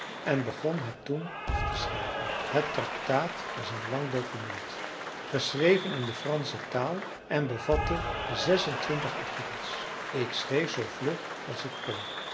en begon het toen af te schrijven het tractaat was een lang document geschreven in de fransche taal en bevatte zes en twintig artikels ik schreef zoo vlug als ik kon